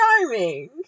charming